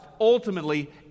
ultimately